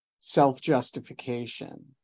self-justification